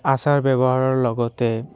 আচাৰ ব্যৱহাৰৰ লগতে